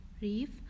reef